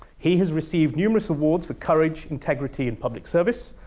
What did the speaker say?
he has received numerous awards for courage, integrity in public service.